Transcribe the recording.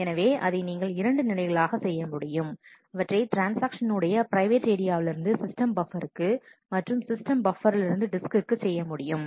எனவே அதை நீங்கள் இரண்டு நிலைகளாக செய்ய முடியும் அவற்றை ட்ரான்ஸ்ஆக்ஷன் உடைய பிரைவேட் ஏரியாவிலிருந்து சிஸ்டம் பப்பருக்கு மற்றும் சிஸ்டம் பப்பரிலிருந்து டிஸ்கிற்கு செய்ய முடியும்